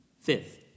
Fifth